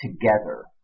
together